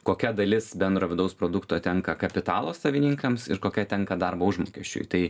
kokia dalis bendro vidaus produkto tenka kapitalo savininkams ir kokia tenka darbo užmokesčiui tai